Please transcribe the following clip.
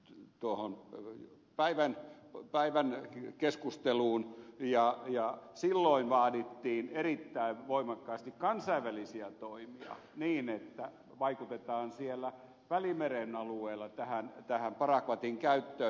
tuohon pöly päivän päivän keskusteluun ja silloin vaadittiin erittäin voimakkaasti kansainvälisiä toimia niin että vaikutetaan siellä välimeren alueella tähän parakvatin käyttöön